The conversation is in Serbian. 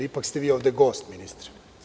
Ipak ste vi ovde gost ministre.